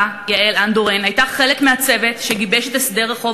יעל אנדורן הייתה חלק מהצוות שגיבש את הסדר החוב